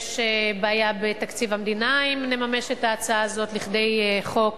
יש בעיה בתקציב המדינה אם נממש את ההצעה הזאת לכדי חוק.